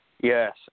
Yes